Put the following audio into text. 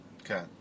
Okay